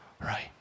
Right